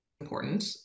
important